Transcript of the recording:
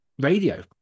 radio